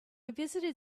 visited